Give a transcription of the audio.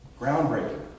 groundbreaking